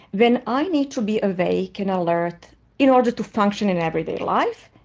when i need to be awake and alert in order to function in everyday life,